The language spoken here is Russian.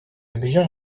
убежден